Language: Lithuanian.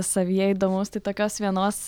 savyje įdomaus tai tokios vienos